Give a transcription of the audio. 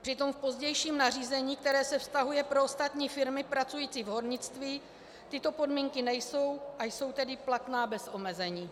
Přitom v pozdějším nařízení, které se vztahuje na ostatní firmy pracující v hornictví, tyto podmínky nejsou, a jsou tedy platné bez omezení.